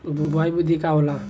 बुआई विधि का होला?